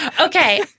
okay